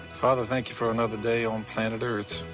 father, thank you for another day on planet earth.